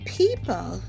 people